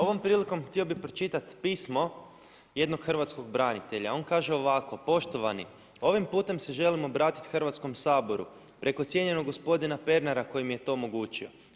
Ovom prilikom htio bi pročitati pismo jednog hrvatskog branitelja, on kaže ovako: „Poštovani, ovim putem se želim obratiti Hrvatskom saboru preko cijenjenog gospodina Pernara koji mi je to omogućio.